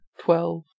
twelve